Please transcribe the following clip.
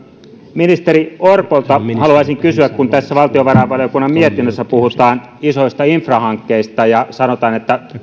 ministeri orpolta haluaisin kysyä kun tässä valtiovarainvaliokunnan mietinnössä puhutaan isoista infrahankkeista ja sanotaan että